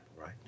right